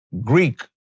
Greek